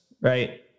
Right